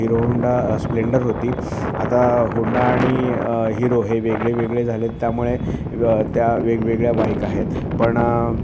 hero Honda Splendor होती आता Honda आणि हिरो हे वेगळे वेगळे झालेत त्यामुळे त्या वेगवेगळ्या बाईक आहेत पण